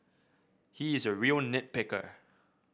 he is a real nit picker